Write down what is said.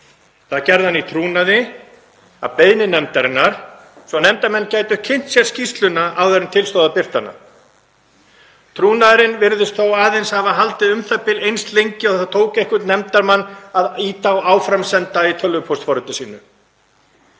Það gerði hann í trúnaði að beiðni nefndarinnar svo nefndarmenn gætu kynnt sér skýrsluna áður en til stóð að birta hana. Trúnaðurinn virðist þó aðeins hafa haldið u.þ.b. eins lengi og það tók einhvern nefndarmann að ýta á áframsenda í tölvupóstforriti sínu.